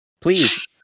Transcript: Please